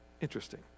interesting